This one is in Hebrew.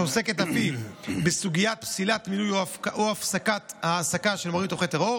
שעוסקת אף היא בסוגיית פסילת מינוי או הפסקת העסקה של מורים תומכי טרור,